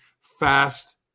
fast